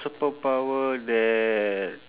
superpower that